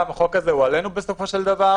החוק הזה הוא עלינו בסופו של דבר.